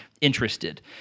interested